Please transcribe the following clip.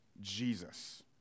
Jesus